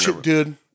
Dude